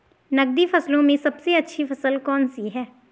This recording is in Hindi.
नकदी फसलों में सबसे अच्छी फसल कौन सी है?